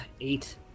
Eight